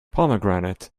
pomegranate